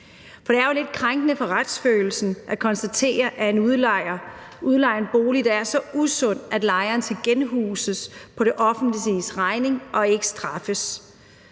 For det er jo lidt krænkende for retsfølelsen at konstatere, at en udlejer udlejer en bolig, der er så usund, at lejeren skal genhuses på det offentliges regning, og at